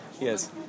Yes